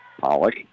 Pollock